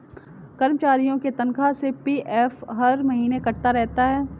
कर्मचारियों के तनख्वाह से पी.एफ हर महीने कटता रहता है